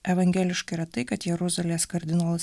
evangeliška yra tai kad jeruzalės kardinolas